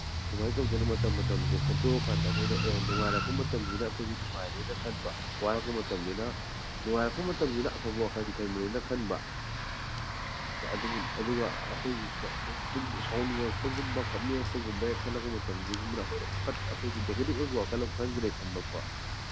ꯁꯨꯃꯥꯏꯅ ꯇꯧꯗꯅ ꯃꯇꯝ ꯃꯇꯝꯁꯦ ꯈꯟꯇꯣꯛꯑꯀꯥꯟꯗ ꯑꯩꯈꯣꯏꯅ ꯑꯦ ꯅꯨꯡꯉꯥꯏꯔꯛꯄ ꯃꯇꯝꯁꯤꯗ ꯑꯩꯈꯣꯏꯁꯦ ꯅꯨꯡꯉꯥꯏꯔꯦ ꯈꯟꯕ ꯋꯥꯔꯛꯄ ꯃꯇꯝꯁꯤꯅ ꯅꯨꯡꯉꯥꯏꯔꯛꯄ ꯃꯇꯝꯁꯤꯅ ꯑꯐꯕ ꯋꯥꯈꯟ ꯈꯟꯕꯅꯦꯅ ꯈꯟꯕ ꯁꯦ ꯑꯗꯨ ꯑꯗꯨꯒ ꯑꯩꯈꯣꯏ ꯑꯗꯨꯝ ꯁꯥꯎꯅꯤꯡꯉꯛꯄꯒꯨꯝꯕ ꯀꯞꯅꯤꯡꯉꯛꯄꯒꯨꯝꯕ ꯍꯦꯛ ꯈꯜꯂꯛꯄ ꯃꯇꯝꯁꯤꯒꯨꯝꯕꯗ ꯑꯩꯈꯣꯏꯗ ꯅꯦꯒꯦꯇꯤꯞ ꯑꯣꯏꯕ ꯋꯥꯈꯟ ꯑꯃ ꯈꯟꯈ꯭ꯔꯦ ꯈꯟꯕꯀꯣ